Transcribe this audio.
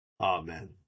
amen